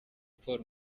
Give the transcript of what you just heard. paul